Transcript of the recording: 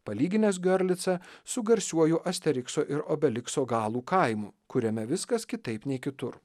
palyginęs giorlicą su garsiuoju asterikso ir obelikso galų kaimu kuriame viskas kitaip nei kitur